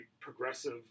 progressive